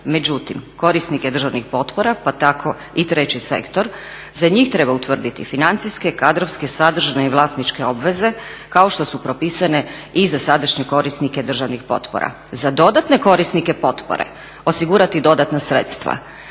međutim korisnike državnih potpora pa tako i treći sektor, za njih treba utvrditi financijske, kadrovske, sadržne i vlasničke obveze, kao što su propisane i za sadašnje korisnike državnih potpora, za dodatne korisnike potpore osigurati dodatna sredstva.